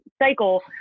cycle